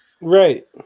Right